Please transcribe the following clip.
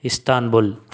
Istanbul